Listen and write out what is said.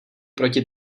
proti